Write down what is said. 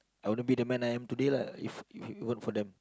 I wouldn't be the man I am today lah if if it weren't for them